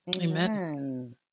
Amen